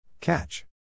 Catch